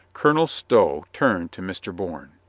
colonel stow turned to mr. bourne.